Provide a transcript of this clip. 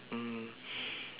mm